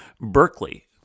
Berkeley